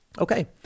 Okay